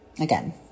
again